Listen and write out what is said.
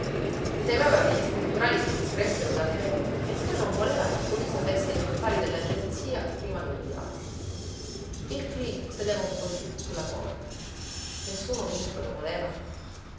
temeva che gli scritturali si distraessero davvero e poi non voleva che colui sapesse gli affari dell'agenzia prima del viaggio il cleen sedeva un po lí su la porta nessuno dunque lo voleva